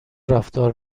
رفتار